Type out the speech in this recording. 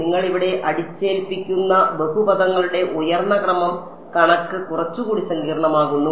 നിങ്ങൾ ഇവിടെ അടിച്ചേൽപ്പിക്കുന്ന ബഹുപദങ്ങളുടെ ഉയർന്ന ക്രമം കണക്ക് കുറച്ചുകൂടി സങ്കീർണ്ണമാകുന്നു